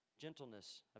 gentleness